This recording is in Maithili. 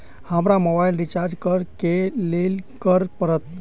हमरा मोबाइल रिचार्ज करऽ केँ लेल की करऽ पड़त?